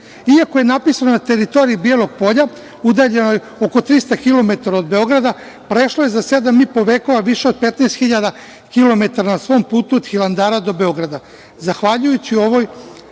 Iako je napisano na teritoriji Bijelog Polja, udaljenoj oko 300 km od Beograda, prešlo je za sedam i po vekova više od 15.000 km na svom putu od Hilandara do Beograda. Zahvaljujući ovakvom